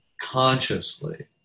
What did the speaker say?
consciously